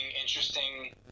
interesting